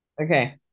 Okay